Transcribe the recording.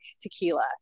tequila